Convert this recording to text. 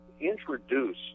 introduce